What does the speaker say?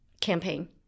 campaign